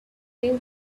they